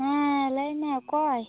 ᱦᱮᱸ ᱞᱟ ᱭᱢᱮ ᱚᱠᱚᱭ